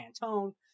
tone